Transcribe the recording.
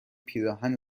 پیراهن